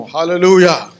Hallelujah